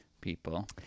people